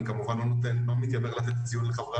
אני כמובן לא מתיימר לתת ציון לחברי